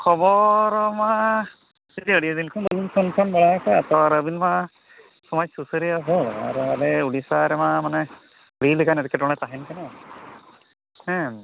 ᱠᱷᱚᱵᱚᱨ ᱢᱟ ᱟᱹᱰᱤ ᱫᱤᱱ ᱠᱷᱚᱱ ᱵᱟᱹᱵᱤᱱ ᱯᱷᱳᱱ ᱯᱷᱳᱱ ᱵᱟᱲᱟ ᱠᱟᱜᱼᱟ ᱛᱚ ᱟᱨ ᱟᱹᱵᱤᱱ ᱢᱟ ᱥᱚᱢᱟᱡᱽ ᱥᱩᱥᱟᱹᱨᱤᱭᱟᱹ ᱦᱚᱲ ᱟᱨ ᱟᱞᱮ ᱳᱰᱤᱥᱟ ᱨᱮᱢᱟ ᱢᱟᱱᱮ ᱟᱹᱰᱤ ᱞᱮᱠᱟᱱ ᱮᱴᱠᱮᱴᱚᱬᱮ ᱛᱟᱦᱮᱱ ᱠᱟᱱᱟ ᱦᱮᱸ